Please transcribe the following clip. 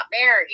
married